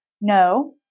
No